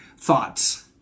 thoughts